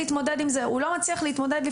לא יצליח להתמודד עם זה.